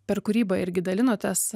per kūrybą irgi dalinotės